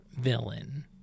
villain